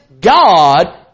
God